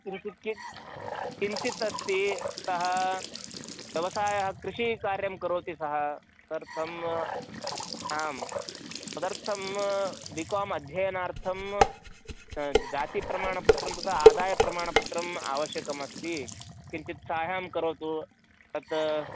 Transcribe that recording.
किञ्चित् कि किञ्चित् अस्ति सः व्यवसायः कृषिकार्यं करोति सः तदर्थम् आम् तदर्थं बी कोम् अध्ययनार्थं जातिप्रमाणपत्रं तथा आदायप्रमाणपत्रम् आवश्यकमस्ति किञ्चित् साहाय्यं करोतु तत्